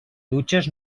dutxes